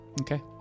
okay